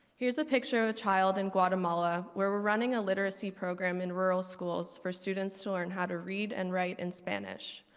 here's a picture of a child in and guatemala where we're running a literacy program in rural schools for students to learn how to read and write in spanish.